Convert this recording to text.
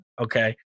okay